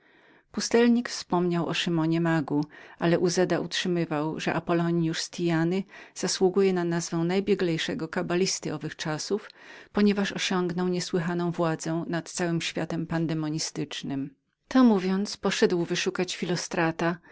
pustelnik wspomniał o simonie czarnoksiężniku ale uzeda utrzymywał że apollonius z thyanny zasługuje na sławę najbieglejszego kabalisty z owych czasów ponieważ dosiągł niesłychanej władzy nad całym światem pandemonistycznym to mówiąc poszedł wyszukać filostrata